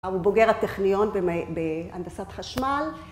הוא בוגר הטכניון בהנדסת חשמל